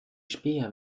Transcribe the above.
späher